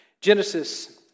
Genesis